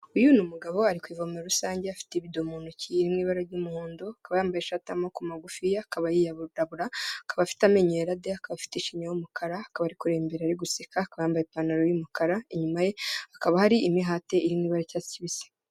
Uyu ni umugabo ari ku ivome rusange afite ibido mu ntoki iri mu ibara ry'umuhondo, akaba yambaye ishati y'amaboko magufi. Akaba yirabura, akaba afite amenyo yarade, akaba afite ishinya y'umukara, akaba ari kurebera imbere ari guseka, akaba yambaye ipantaro y'umukara, inyuma ye hakaba hari imihate iri mu ibara ry'icyatsi kibisi.